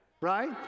right